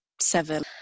seven